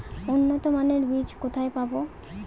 উন্নতমানের বীজ কোথায় পাব?